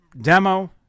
demo